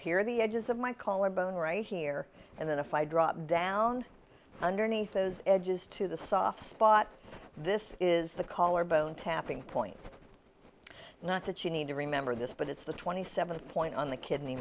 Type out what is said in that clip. here the edges of my collarbone right here and then if i drop down underneath those edges to the soft spot this is the collarbone tapping point not that you need to remember this but it's the twenty seventh point on the kidney